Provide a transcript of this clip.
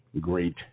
great